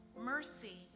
mercy